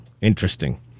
Interesting